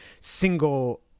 single